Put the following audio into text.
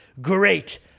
great